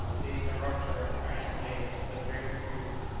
these neuroptera furnish the natives with a favourite food,